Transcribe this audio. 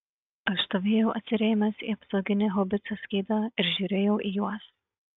aš stovėjau atsirėmęs į apsauginį haubicos skydą ir žiūrėjau į juos